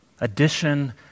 addition